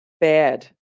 bad